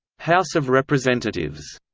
house of representatives